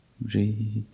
breathe